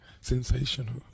Sensational